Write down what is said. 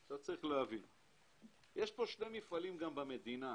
יש שני מפעלים במדינה: